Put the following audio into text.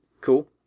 Cool